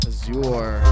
Azure